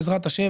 בעזרת השם,